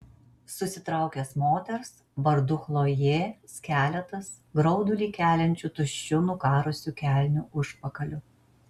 susitraukęs moters vardu chlojė skeletas graudulį keliančiu tuščiu nukarusiu kelnių užpakaliu